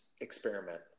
experiment